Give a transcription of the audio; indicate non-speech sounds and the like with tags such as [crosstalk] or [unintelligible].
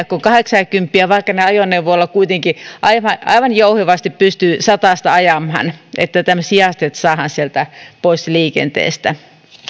[unintelligible] kuin kahdeksaakymppiä vaikka niillä ajoneuvoilla kuitenkin aivan aivan jouhevasti pystyy satasta ajamaan eli tämmöisiä hidasteita saadaan pois liikenteestä